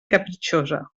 capritxosa